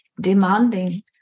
demanding